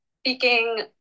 speaking